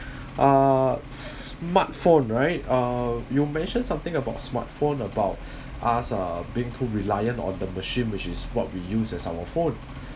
uh smartphone right uh you mention something about smartphone about us uh being too reliant on the machine which is what we used as our phone